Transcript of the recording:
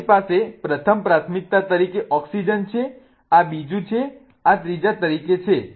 મારી પાસે પ્રથમ પ્રાથમિકતા તરીકે ઓક્સિજન છે આ બીજું છે આ ત્રીજા તરીકે છે